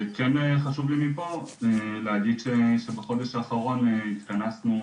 וכן חשוב לי להגיד שבחודש האחרון התכנסנו,